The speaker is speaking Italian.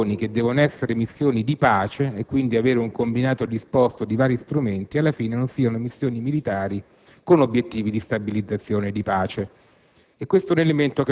e se queste missioni che dovrebbero essere di pace e, quindi, avere un combinato disposto di vari strumenti, alla fine non siano missioni militari con obiettivi di stabilizzazione di pace.